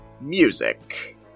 music